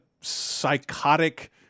psychotic